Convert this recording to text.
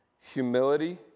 humility